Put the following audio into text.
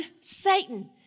Satan